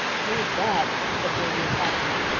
you bet! said davy emphatically.